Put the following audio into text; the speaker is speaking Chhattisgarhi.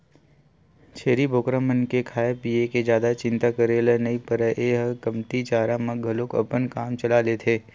छेरी बोकरा मन के खाए पिए के जादा चिंता करे ल नइ परय ए ह कमती चारा म घलोक अपन काम चला लेथे